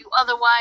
otherwise